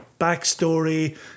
backstory